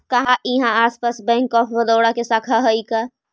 का इहाँ आसपास बैंक ऑफ बड़ोदा के शाखा हइ का?